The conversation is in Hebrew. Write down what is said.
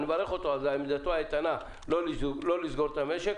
אני מברך על עמידתו האיתנה לא לסגור את המשק,